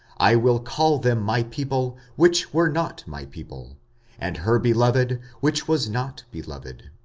i will call them my people, which were not my people and her beloved, which was not beloved.